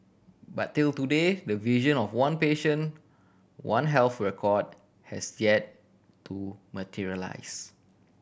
but till today the vision of one patient One Health record has yet to materialise